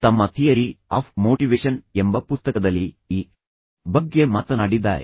ಅವರು ತಮ್ಮ theory of motivation ಎಂಬ ಪುಸ್ತಕದಲ್ಲಿ ಈ ಬಗ್ಗೆ ಮಾತನಾಡಿದ್ದಾರೆ